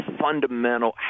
fundamental –